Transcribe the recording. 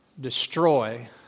destroy